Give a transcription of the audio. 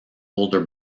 older